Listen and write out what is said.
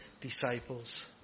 disciples